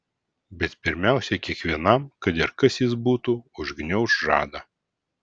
bet pirmiausia kiekvienam kad ir kas jis būtų užgniauš žadą